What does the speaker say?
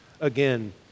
again